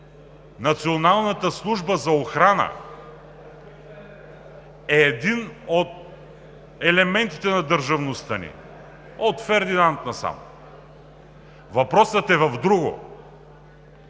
Националната служба за охрана е един от елементите на държавността ни от Фердинанд насам. Въпросът е в друго